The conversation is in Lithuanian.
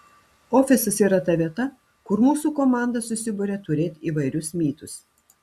ofisas yra ta vieta kur mūsų komanda susiburia turėt įvairius mytus